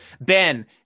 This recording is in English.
Ben